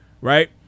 right